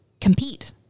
compete